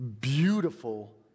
beautiful